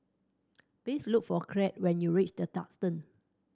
please look for Kraig when you reach The Duxton